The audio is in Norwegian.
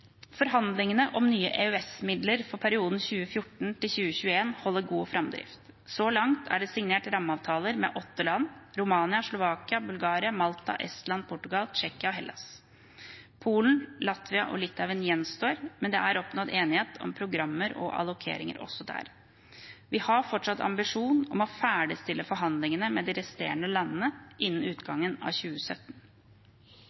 Forhandlingene om nye EØS-midler for perioden 2014–2021 holder god framdrift. Så langt er det signert rammeavtaler med åtte land: Romania, Slovakia, Bulgaria, Malta, Estland, Portugal, Tsjekkia og Hellas. Polen, Latvia og Litauen gjenstår, men det er oppnådd enighet om programmer og allokeringer også der. Vi har fortsatt ambisjon om å ferdigstille forhandlingene med de resterende landene innen